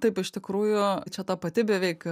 taip iš tikrųjų čia ta pati beveik